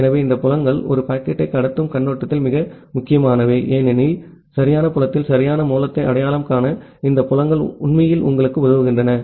எனவே இந்த புலங்கள் ஒரு பாக்கெட்டை கடத்தும் கண்ணோட்டத்தில் மிக முக்கியமானவை ஏனெனில் சரியான புலத்தில் சரியான மூலத்தை அடையாளம் காண இந்த புலங்கள் உண்மையில் உங்களுக்கு உதவுகின்றன